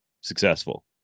successful